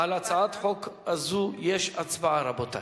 על הצעת החוק הזאת יש הצבעה, רבותי.